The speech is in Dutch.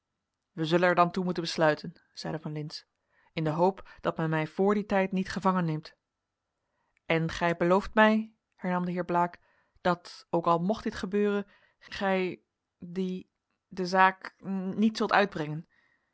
wij zullen er dan toe moeten besluiten zeide van lintz in de hoop dat men mij voor dien tijd niet gevangenneemt en gij belooft mij hernam de heer blaek dat ook al mocht dit gebeuren gij die de zaak niet zult uitbrengen